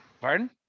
Pardon